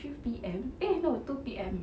three P_M eh no two P_M